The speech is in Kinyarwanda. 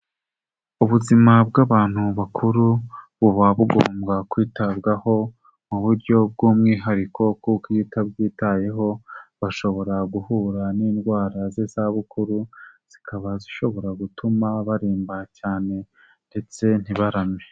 Ubuzima bw'abantu bakuru buba bugomba kwitabwaho mu buryo bw'umwihariko kuko iyo utabyitayeho bashobora guhura n'indwara z'izabukuru zikaba zishobora gutuma baremba cyane ndetse ntibarame.